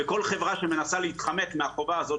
וכל חברה שמנסה להתחמק מהחובה הזאת,